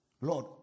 Lord